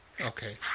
Okay